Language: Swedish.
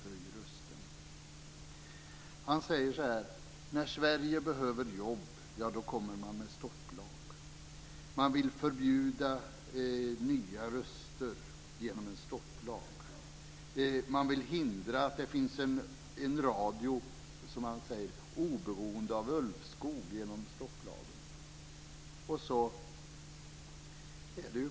Ola Karlsson säger att när Sverige behöver jobb kommer man med en stopplag, att man vill förbjuda nya röster genom en stopplag och att man vill hindra att det finns en radio oberoende av Ulvskog genom stopplagen.